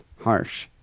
Harsh